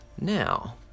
Now